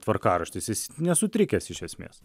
tvarkaraštis jis nesutrikęs iš esmės